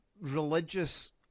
religious